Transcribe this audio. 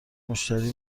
مشتری